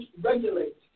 regulate